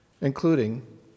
including